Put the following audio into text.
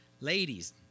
Ladies